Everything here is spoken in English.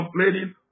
complaining